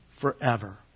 forever